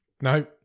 no